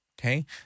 Okay